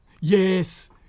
Yes